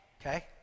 okay